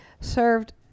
served